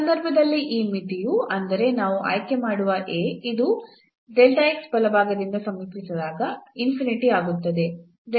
ಆ ಸಂದರ್ಭದಲ್ಲಿ ಈ ಮಿತಿಯು ಅಂದರೆ ನಾವು ಆಯ್ಕೆಮಾಡುವ A ಇದು ಬಲಭಾಗದಿಂದ ಸಮೀಪಿಸಿದಾಗ ಆಗುತ್ತದೆ